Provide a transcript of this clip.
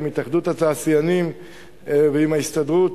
עם התאחדות התעשיינים ועם ההסתדרות,